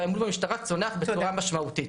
והאמון במשטרה צונח בצורה משמעותית.